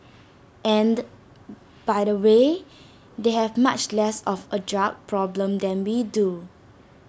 and by the way they have much less of A drug problem than we do